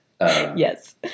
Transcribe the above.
Yes